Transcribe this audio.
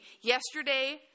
yesterday